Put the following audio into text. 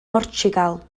mhortiwgal